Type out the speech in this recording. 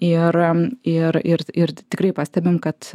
ir ir ir ir tai tikrai pastebim kad